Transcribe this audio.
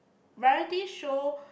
variety show